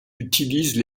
utilisent